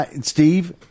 Steve